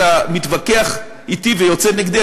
כשאתה מתווכח אתי ויוצא נגדי,